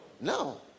No